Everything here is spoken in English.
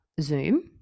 Zoom